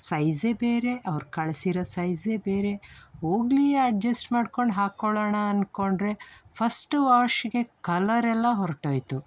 ಸೈಝೆ ಬೇರೆ ಅವ್ರು ಕಳಿಸಿರೋ ಸೈಝೆ ಬೇರೆ ಹೋಗಲಿ ಅಡ್ಜಸ್ಟ್ ಮಾಡ್ಕೊಂಡು ಹಾಕ್ಕೊಳ್ಳೋಣ ಅಂದ್ಕೊಂಡ್ರೆ ಫಸ್ಟು ವಾಷಿಗೆ ಕಲರ್ ಎಲ್ಲ ಹೊರಟೋಯ್ತು